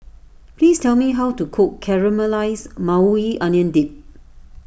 please tell me how to cook Caramelized Maui Onion Dip